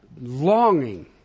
longing